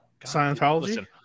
Scientology